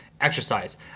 exercise